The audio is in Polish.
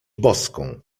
boską